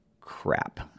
crap